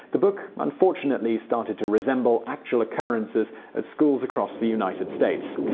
the book unfortunately started to resemble actual occurrences at schools across the united states.